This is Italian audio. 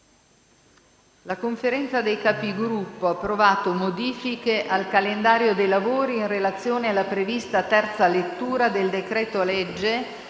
La Conferenza dei Capigruppo ha approvato modifiche al calendario dei lavori in relazione alla prevista terza lettura del decreto-legge